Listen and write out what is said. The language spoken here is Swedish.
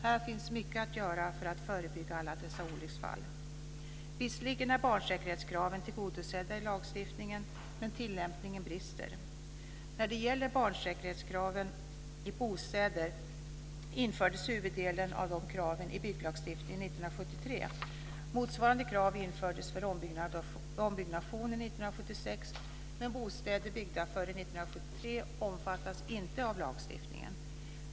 Här finns mycket mer att föra för att förebygga alla dessa olycksfall. Visserligen är barnsäkerhetskraven tillgodosedda i lagstiftningen, men tillämpningen brister. När det gäller barnsäkerhetskraven i bostäder infördes huvuddelen av kraven i bygglagstiftningen 1973. Motsvarande krav infördes för ombyggnationer 1976, men bostäder byggda före 1973 omfattas inte av lagstiftningen.